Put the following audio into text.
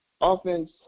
offense